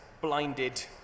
blinded